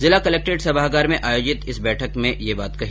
जिला कलेक्ट्रेट सभागार में आयोजित बैठक में यह बात कही